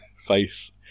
face